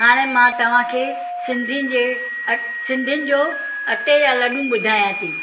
हाणे मां तव्हांखे सिंधियुनि जे सिंधियुनि जो अटे जा लॾूं ॿुधायां थी